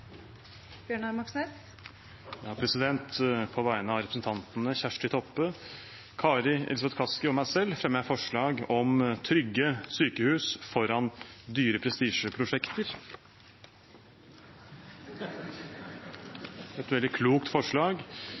Bjørnar Moxnes vil fremsette to representantforslag. På vegne av representantene Kjersti Toppe, Kari Elisabeth Kaski og meg selv fremmer jeg forslag om trygge sykehus foran dyre prestisjeprosjekter – et veldig klokt forslag.